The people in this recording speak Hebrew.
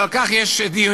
אבל על כך יש דיונים.